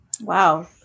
Wow